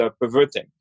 perverting